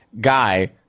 guy